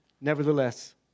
nevertheless